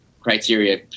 criteria